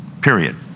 Period